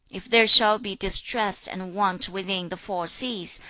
if there shall be distress and want within the four seas,